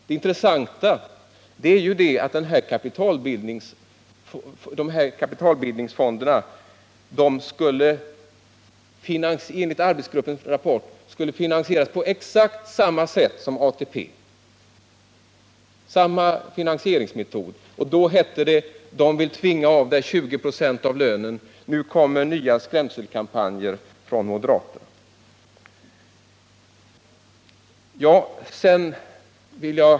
Det intressanta är att dessa kapitalbildningsfonder enligt arbetsgruppens rapport skall finansieras på exakt samma sätt som ATP. Och nu kommer nya skrämselkampanjer från moderaterna.